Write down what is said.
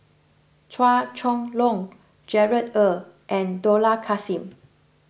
Chua Chong Long Gerard Ee and Dollah Kassim